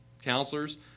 counselors